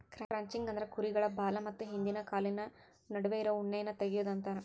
crutching ಅಂದ್ರ ಕುರುಗಳ ಬಾಲ ಮತ್ತ ಹಿಂದಿನ ಕಾಲಿನ ನಡುವೆ ಇರೋ ಉಣ್ಣೆಯನ್ನ ತಗಿಯೋದು ಅಂತಾರ